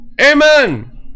Amen